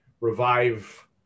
revive